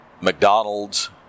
McDonald's